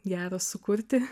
gero sukurti